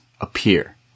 appear